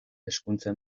hezkuntza